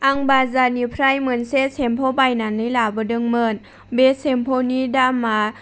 आं बाजारनिफ्राय मोनसे सेम्पु बायनानै लाबोदोंमोन बे सेम्पुनि दामा